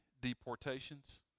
deportations